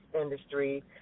industry